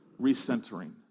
recentering